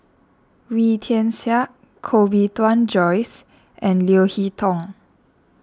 Wee Tian Siak Koh Bee Tuan Joyce and Leo Hee Tong